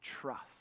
trust